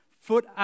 foot